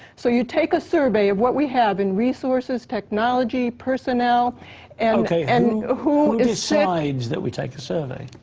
so you take a survey of what we have in resources, technology, personnel and. ok, and who decides that we take a survey?